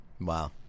Wow